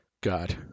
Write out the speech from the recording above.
god